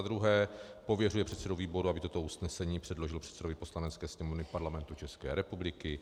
Za druhé, pověřuje předsedu výboru, aby toto usnesení předložil předsedovi Poslanecké sněmovny Parlamentu České republiky.